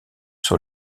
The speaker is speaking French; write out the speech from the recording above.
sur